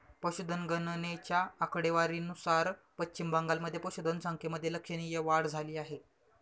पशुधन गणनेच्या आकडेवारीनुसार पश्चिम बंगालमध्ये पशुधन संख्येमध्ये लक्षणीय वाढ झाली आहे